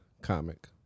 comic